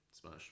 Smash